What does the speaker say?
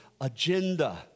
agenda